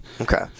Okay